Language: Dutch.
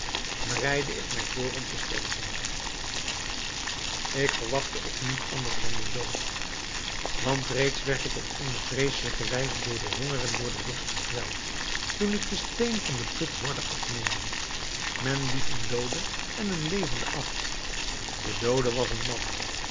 bereidde ik mij voor om te sterven ik verwachtte ook niet anders dan den dood want reeds werd ik op eene vreeselijke wijze door den honger en door den dorst gekweld toen ik den steen van den put hoorde afnemen men liet een doode en eene levende af de doode was een man